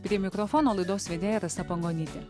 prie mikrofono laidos vedėja rasa pangonytė